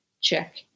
check